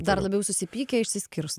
dar labiau susipykę išsiskyrus